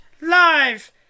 live